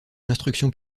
l’instruction